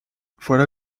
voilà